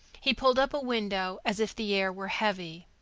he pulled up a window as if the air were heavy.